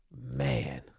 Man